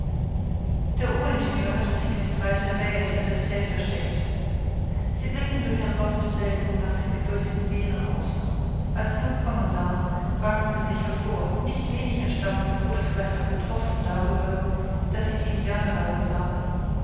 der oberingenieur hatte sich mit den drei surveyors in das zelt versteckt sie blickten durch ein loch desselben nach dem gefürchteten bären aus als sie uns kommen sahen wagten sie sich hervor nicht wenig erstaunt oder vielleicht auch betroffen darüber daß sie die indianer bei uns sahen